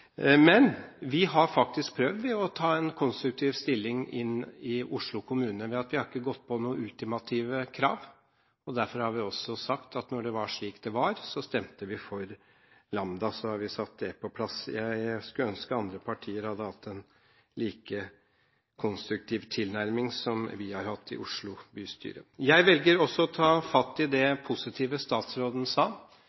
men Lambda er nå det som arkitekten har benevnt det som. Vi har faktisk prøvd å ta en konstruktiv stilling inn til Oslo kommune ved at vi ikke har gått for noen ultimative krav. Derfor har vi også sagt at når det var slik det var, stemte vi for Lambda – så har vi satt det på plass. Jeg skulle ønske andre partier hadde hatt en like konstruktiv tilnærming som vi har hatt i Oslo bystyre. Jeg velger også å ta fatt i det